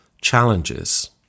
challenges